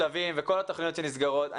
שלבים וכל התוכניות שנסגרות.